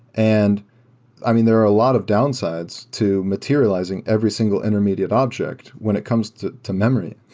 and i mean, there are a lot of downsides to materializing every single intermediate object when it comes to to memory.